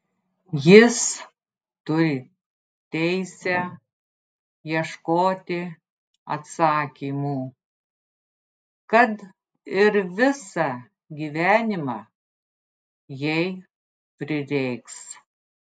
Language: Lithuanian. jis turi teisę ieškoti atsakymų kad ir visą gyvenimą jei prireiks